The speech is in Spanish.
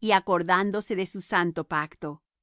y acordándose de su santo pacto